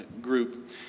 group